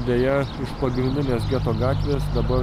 deja iš pagrindinės geto gatvės dabar